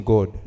God